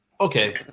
Okay